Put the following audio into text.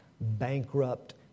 bankrupt